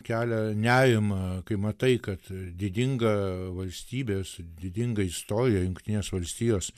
kelia nerimą kai matai kad didinga valstybės didingą istoriją jungtinės valstijos